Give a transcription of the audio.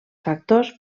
factors